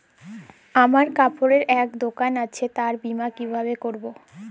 আমার কাপড়ের এক দোকান আছে তার বীমা কিভাবে করবো?